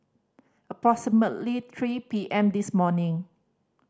approximately three P M this morning